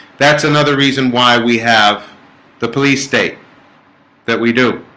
that's another reason why we have the police state that we do